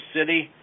City